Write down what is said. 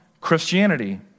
Christianity